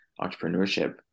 entrepreneurship